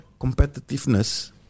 competitiveness